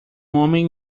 homem